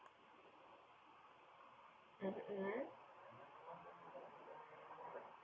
mmhmm